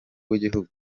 w’igihugu